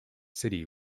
city